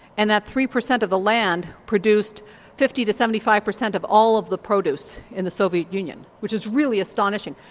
and that three per cent of the land produced fifty to seventy five per cent of all of the produce in the soviet union which is really astonishing.